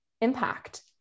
impact